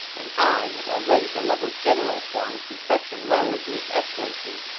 and i have already delivered general huang's defection letter to his excellency,